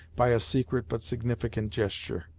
by a secret but significant gesture.